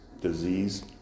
disease